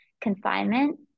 confinement